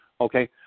Okay